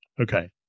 Okay